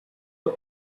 and